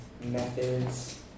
methods